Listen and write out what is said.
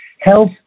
health